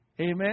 Amen